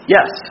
Yes